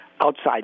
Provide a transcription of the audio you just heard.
outside